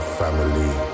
family